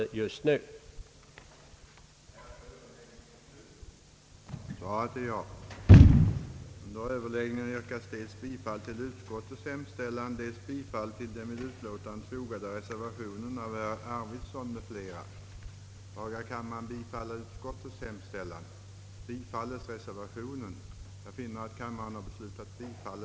hålla om utredning angående införande i vårt reaktionssystem av en påföljd av typen kortvarigt frihetsberövande.